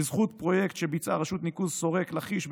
בזכות פרויקט שביצעה רשות ניקוז שורק לכיש,